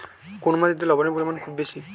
কোন মাটিতে লবণের পরিমাণ খুব বেশি?